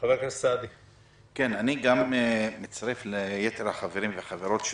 אני גם מצטרף ליתר החברים והחברות.